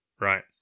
right